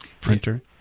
printer